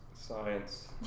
Science